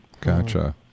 gotcha